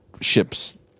ships